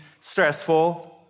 stressful